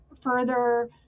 further